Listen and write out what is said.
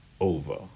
over